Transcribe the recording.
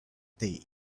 day